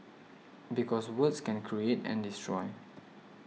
because words can create and destroy